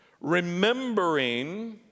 remembering